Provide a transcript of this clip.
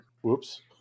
Whoops